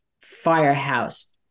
firehouse